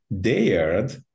dared